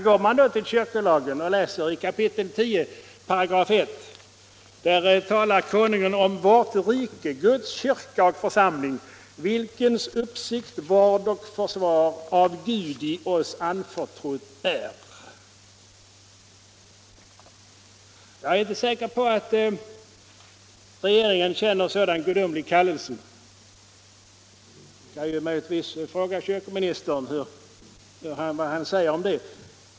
Går man till kyrkolagen och läser i 10 kap. 1 §, så talar konungen om ”—--- vårt rike Guds kyrka och församling, vilkens uppsikt, vård och försvar av Gud oss anförtrodt är”. Jag är inte säker på att regeringen känner en sådan gudomlig kallelse. Vi kan ju möjligtvis fråga den närvarande kyrkoministern vad han säger om det.